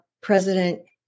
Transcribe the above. president